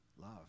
Love